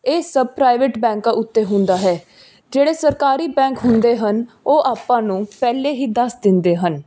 ਇਹ ਸਭ ਪ੍ਰਾਈਵੇਟ ਬੈਂਕਾਂ ਉੱਤੇ ਹੁੰਦਾ ਹੈ ਜਿਹੜੇ ਸਰਕਾਰੀ ਬੈਂਕ ਹੁੰਦੇ ਹਨ ਉਹ ਆਪਾਂ ਨੂੰ ਪਹਿਲੇ ਹੀ ਦੱਸ ਦਿੰਦੇ ਹਨ